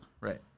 Right